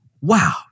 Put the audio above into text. wow